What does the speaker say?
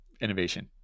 innovation